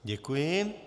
Děkuji.